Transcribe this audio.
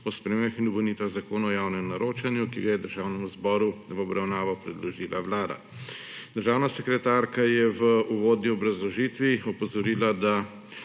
o spremembah in dopolnitvah Zakona o javnem naročanju, ki ga je Državnemu zboru v obravnavo predložila Vlada. Državna sekretarka je v uvodni obrazložitvi opozorila, da